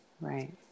right